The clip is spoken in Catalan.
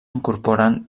incorporen